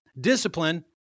discipline